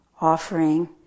Offering